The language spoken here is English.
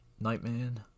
Nightman